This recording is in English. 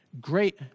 great